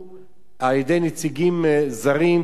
על-ידי נציגים זרים ושונים,